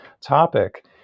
topic